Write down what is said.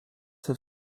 have